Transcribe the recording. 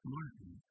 Martin